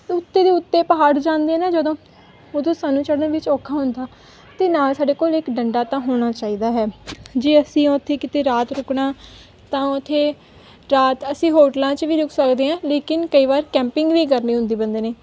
ਉੱਤੇ ਦੀ ਉੱਤੇ ਪਹਾੜ ਜਾਂਦੇ ਆ ਨਾ ਜਦੋਂ ਉਦੋਂ ਸਾਨੂੰ ਚੜ੍ਹਨ ਵਿੱਚ ਔਖਾ ਹੁੰਦਾ ਅਤੇ ਨਾਲ ਸਾਡੇ ਕੋਲ ਇੱਕ ਡੰਡਾ ਤਾਂ ਹੋਣਾ ਚਾਹੀਦਾ ਹੈ ਜੇ ਅਸੀਂ ਉੱਥੇ ਕਿਤੇ ਰਾਤ ਰੁਕਣਾ ਤਾਂ ਉੱਥੇ ਰਾਤ ਅਸੀਂ ਹੋਟਲਾਂ 'ਚ ਵੀ ਰੁਕ ਸਕਦੇ ਹਾਂ ਲੇਕਿਨ ਕਈ ਵਾਰ ਕੈਂਪਿੰਗ ਵੀ ਕਰਨੀ ਹੁੰਦੀ ਬੰਦੇ ਨੇ